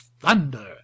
thunder